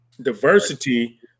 diversity